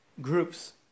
groups